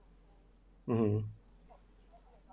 mmhmm